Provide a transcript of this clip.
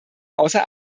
außer